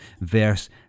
verse